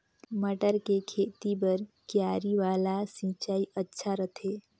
मटर के खेती बर क्यारी वाला सिंचाई अच्छा रथे?